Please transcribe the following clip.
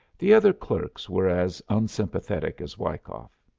the other clerks were as unsympathetic as wyckoff.